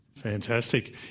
Fantastic